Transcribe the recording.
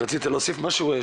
רצית להוסיף משהו?